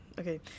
Okay